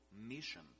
mission